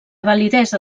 validesa